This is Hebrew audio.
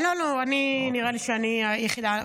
נראה לי שאני היחידה.